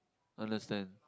understand